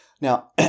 Now